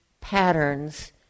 patterns